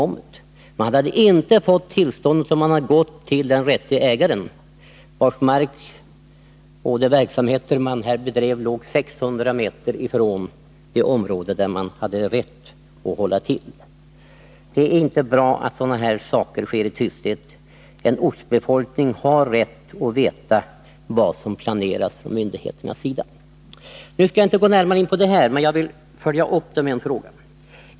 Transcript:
Men man hade inte fått tillstånd om man hade gått till den rätte ägaren, på vars mark man bedrev denna verksamhet — 600 meter från det område där man hade rätt att hålla till. Det är inte bra att sådana här saker sker i tysthet. En ortsbefolkning har rätt att veta vad som planeras från myndigheternas sida. Jag skall inte gå närmare in på detta men vill följa upp med en fråga.